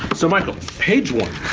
so, michael. page one.